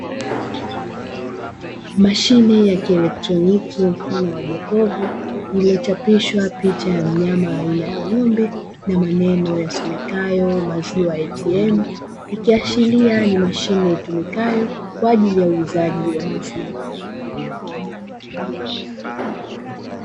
Mashine ya kielektroniki mfano wa jokofu iliyochapishwa picha ya mnyama aina ya ng'ombe na manebo yasomekayo "maziwa ATM" ikiashiria ni mashine itumikayo kwa ajili ya uuzaji wa maziwa.